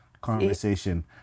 conversation